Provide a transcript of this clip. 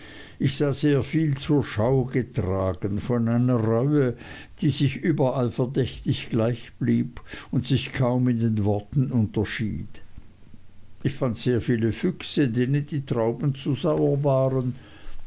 ich sah sehr viel zur schau getragen von einer reue die sich überall verdächtig gleich blieb und sich kaum in den worten unterschied ich fand sehr viel füchse denen die trauben zu sauer waren